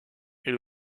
est